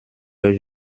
leurs